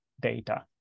data